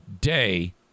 day